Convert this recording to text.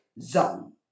zone